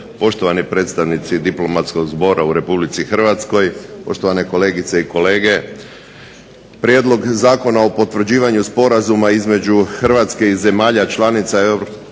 poštovani predstavnici diplomatskog zbora u Republici Hrvatskoj, poštovane kolegice i kolege. Prijedlog zakona o Potvrđivanju sporazuma između Hrvatske i zemalja članica